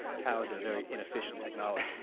cows are a very inefficient technology. yeah,